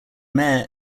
mayor